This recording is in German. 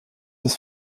das